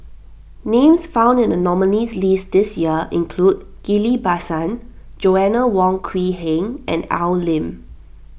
names found in the nominees' list this year include Ghillie Basan Joanna Wong Quee Heng and Al Lim